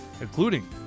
including